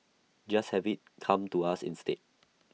just have IT come to us instead